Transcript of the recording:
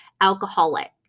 alcoholic